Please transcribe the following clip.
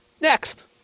next